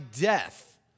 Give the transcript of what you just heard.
death